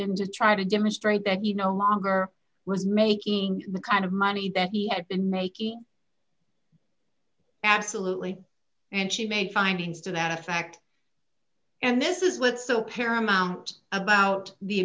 to try to demonstrate that you no longer was making the kind of money that he had been making absolutely and she made findings to that effect and this is what's so paramount about the